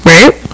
Right